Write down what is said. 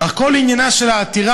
אך כל עניינה של העתירה,